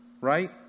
Right